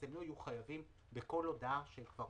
הם לא יהיו חייבים בכל הודעה.